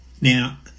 Now